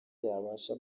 yabasha